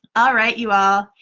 ah right you all.